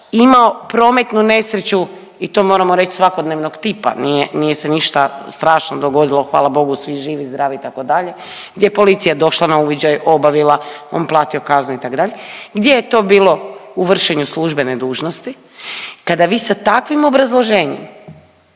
imao prometnu nesreću i to moramo reći svakodnevnog tipa, nije se ništa strašno dogodilo. Hvala Bogu, svi živi, zdravi itd. gdje je policija došla na uviđaj, obavila, on platio kaznu itd. Gdje je to bilo u vršenju službene dužnosti, kada vi sa takvim obrazloženjem